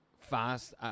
fast